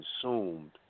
consumed